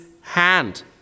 hand